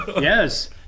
yes